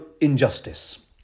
injustice